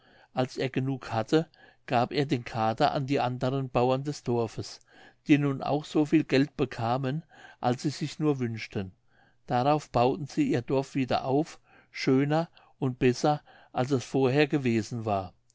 als er genug hatte gab er den kater an die anderen bauern des dorfes die nun auch so viel geld bekamen als sie sich nur wünschten darauf bauten sie ihr dorf wieder auf schöner und besser als es vorher gewesen war